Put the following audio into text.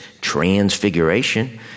transfiguration